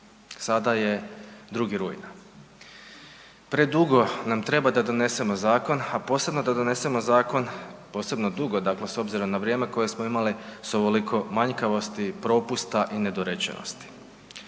sada je 2. rujna. Predugo nam treba da donesemo zakon, a posebno da donesemo zakon, posebno dugo s obzirom na vrijeme koje smo imali s ovoliko manjkavosti, propusta i nedorečenosti.